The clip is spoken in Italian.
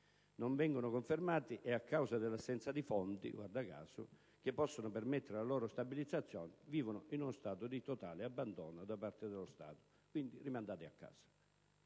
Non vengono confermati e, a causa dell'assenza di fondi che possano permettere la loro stabilizzazione, vivono in uno stato di totale abbandono da parte dello Stato e vengono quindi rimandati a casa.